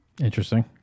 Interesting